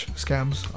scams